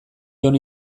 jon